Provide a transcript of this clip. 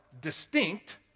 distinct